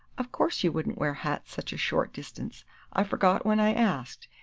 of course you wouldn't wear hats such a short distance i forgot when i asked.